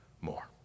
more